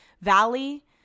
Valley